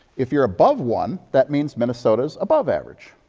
if you're above one, that means minnesota's above average.